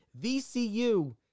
VCU